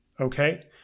okay